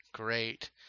Great